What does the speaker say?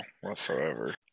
whatsoever